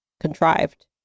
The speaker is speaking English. contrived